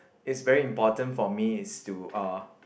it's very important for me is to uh